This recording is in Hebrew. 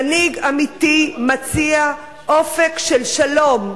מנהיג אמיתי מציע אופק של שלום,